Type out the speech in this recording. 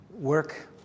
work